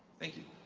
thank you.